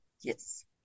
Yes